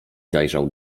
zajrzał